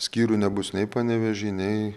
skyrių nebus nei panevėžy nei